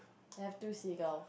have two seagull